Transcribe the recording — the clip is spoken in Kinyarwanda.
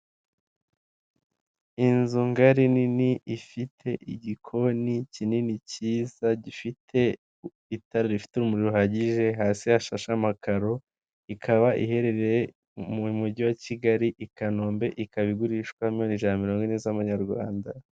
Inzu ngari nini ifite igikoni kinini cyiza gifite itara rifite umuriro uhagije, hasi hashashe amakaro, ikaba iherereye mu mujyi wa Kigali i Kanombe ikaba igurishwa miliyoni ijana mirongo ine z'amanyarwanda.